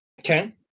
Okay